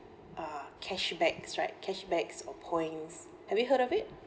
uh cashbacks right cashbacks or points have you heard of it